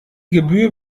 gebühr